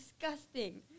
disgusting